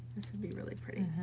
this would be really pretty.